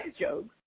jokes